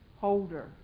holder